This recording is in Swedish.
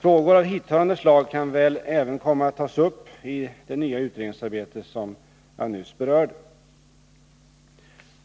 Frågor av hithörande slag kan väl även komma att tas upp i det nya utredningsarbete jag nyss berört.